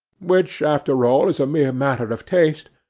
which after all is a mere matter of taste,